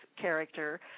character